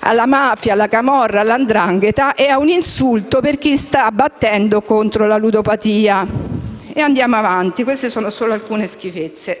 alla mafia, alla camorra, alla 'ndrangheta, ed un insulto per chi si sta battendo contro la ludopatia. Andiamo avanti, perché queste sono solo alcune delle schifezze.